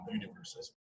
universes